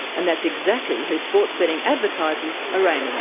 and that's exactly who sports betting advertisers are aiming yeah